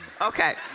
Okay